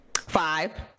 five